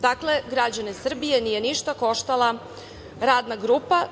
Dakle, građane Srbije nije ništa koštala Radna grupa.